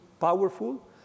powerful